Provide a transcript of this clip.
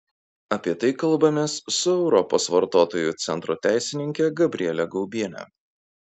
apie tai kalbamės su europos vartotojų centro teisininke gabriele gaubiene